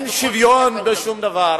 אין שוויון בשום דבר.